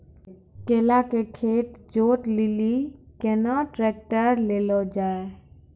केला के खेत जोत लिली केना ट्रैक्टर ले लो जा?